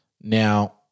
Now